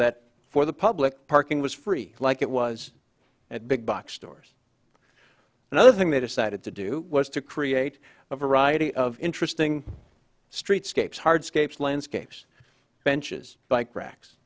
that for the public parking was free like it was at big box stores another thing they decided to do was to create a variety of interesting streetscapes hard scapes landscapes benches bike racks